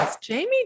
Jamie